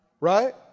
Right